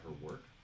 work